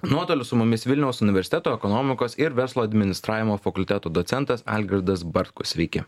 nuotoliu su mumis vilniaus universiteto ekonomikos ir verslo administravimo fakulteto docentas algirdas bartkus sveiki